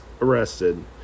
arrested